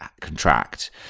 contract